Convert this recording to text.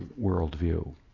worldview